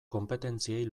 konpetentziei